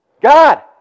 God